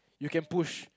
you can push